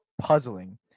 puzzling